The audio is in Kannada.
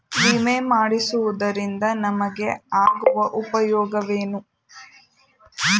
ವಿಮೆ ಮಾಡಿಸುವುದರಿಂದ ನಮಗೆ ಆಗುವ ಉಪಯೋಗವೇನು?